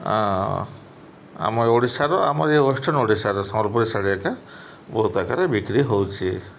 ଆମ ଓଡ଼ିଶାର ଆମର ଏଇ ୱେଷ୍ଟର୍ଣ୍ଣ ଓଡ଼ିଶାର ସମ୍ୱଲପୁରୀ ଶାଢ଼ୀ ଏକା ବହୁତ ଆକାରରେ ବିକ୍ରି ହଉଛି